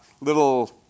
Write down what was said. little